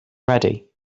ready